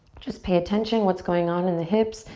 just pay attention. what's going on in the hips,